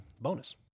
bonus